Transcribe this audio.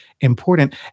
important